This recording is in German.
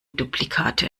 duplikate